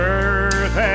earth